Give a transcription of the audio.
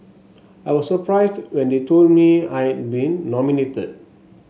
I was surprised when they told me I had been nominated